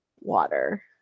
water